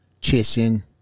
chasing